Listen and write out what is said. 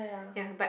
ya but